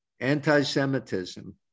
anti-Semitism